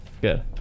Good